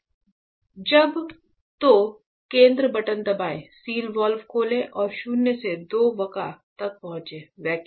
जब तो केंद्र बटन दबाएं सील वाल्व खोलें और शून्य से 2 वका तक पहुंचे चैम्बर वैक्यूम